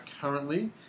currently